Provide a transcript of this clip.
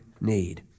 need